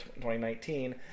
2019